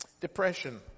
Depression